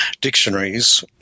dictionaries